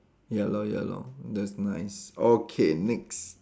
ya lor ya lor that's nice okay next